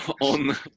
on